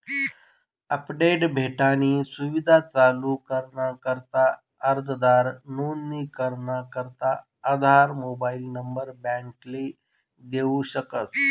update भेटानी सुविधा चालू कराना करता अर्जदार नोंदणी कराना करता आधार मोबाईल नंबर बॅकले देऊ शकस